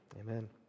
Amen